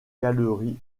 galeries